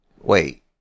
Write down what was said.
Wait